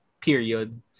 period